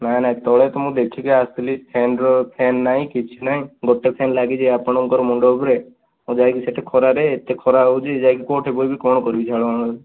ନାହିଁ ନାହିଁ ତଳେ ତ ମୁଁ ଦେଖିକି ଆସିଲି ଫ୍ୟାନ ର ଫ୍ୟାନ ନାହିଁ କିଛି ନାହିଁ ଗୋଟେ ଫ୍ୟାନ ଲାଗିଛି ଆପଣଙ୍କ ମୁଣ୍ଡ ଉପରେ ମୁଁ ଯାଇକି ସେଇଠି ଖରାରେ ଏତେ ଖରା ହେଉଛି ଯାଇକି କେଉଁଠି ବସିବି କଣ କରିବି ଝାଳ ନାଳ ରେ